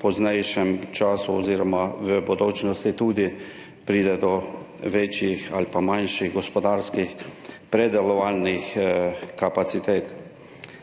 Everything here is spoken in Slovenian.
poznejšem času oziroma v bodočnosti do večjih ali pa manjših gospodarskih predelovalnih kapacitet.